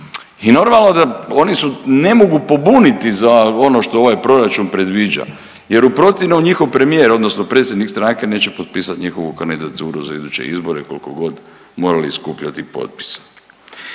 I normalno da oni se ne mogu pobuniti za ono što ovaj proračun predviđa, jer u protivnom njihov premijer, odnosno predsjednik stranke neće potpisati njihovu kandidaturu za iduće izbore koliko god morali skupljati potpisa.